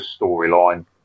storyline